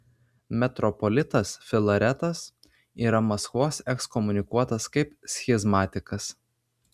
metropolitas filaretas yra maskvos ekskomunikuotas kaip schizmatikas